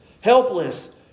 helpless